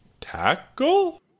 Tackle